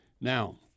Now